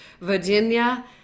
Virginia